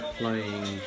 playing